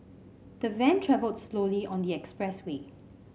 the van travelled slowly on the expressway